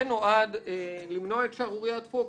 זה נועד למנוע את שערוריית פוקסטרוט.